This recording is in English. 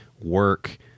work